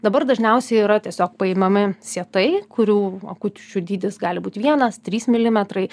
dabar dažniausiai yra tiesiog paimami sietai kurių akučių dydis gali būt vienas trys milimetrai